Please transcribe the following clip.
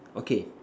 okay